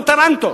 נסעו בטרנטות.